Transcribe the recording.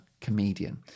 comedian